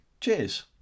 Cheers